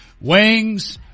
Wings